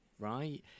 right